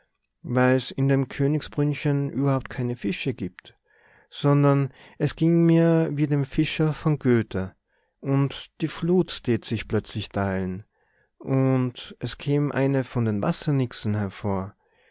weil's in dem königsbrünnchen überhaupt keine fische gibt sondern es ging mir wie dem fischer von goethe und die flut tät sich plötzlich teilen und es käm eine von den wassernixen hervor